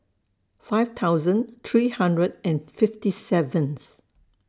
five thousand three hundred and fifty seventh